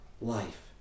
life